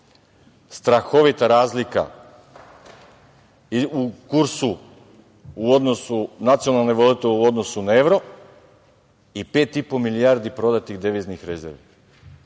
strahovita razlika u kursu u odnosu nacionalne valute u odnosu na evro i pet i po milijardi prodatih deviznih rezervi. Imamo